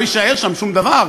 לא יישאר שם שום דבר,